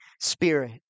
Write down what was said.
Spirit